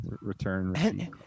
return